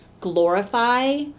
glorify